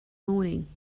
morning